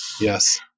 yes